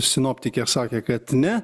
sinoptikė sakė kad ne